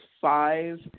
five